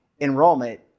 enrollment